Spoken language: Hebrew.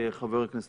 חבר הכנסת